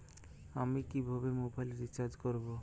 আমি কিভাবে mobile recharge করব?